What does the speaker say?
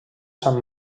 sant